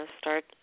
start